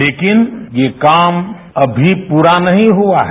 लेकिन ये काम अभी पूरा नहीं हुआ है